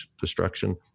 destruction